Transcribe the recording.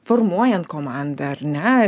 formuojant komandą ar ne